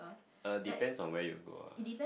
err depends on where you go ah